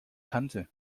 kannte